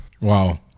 wow